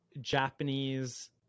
Japanese